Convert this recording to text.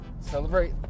Celebrate